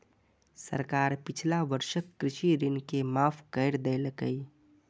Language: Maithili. सरकार पिछला वर्षक कृषि ऋण के माफ कैर देलकैए